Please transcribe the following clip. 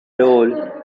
role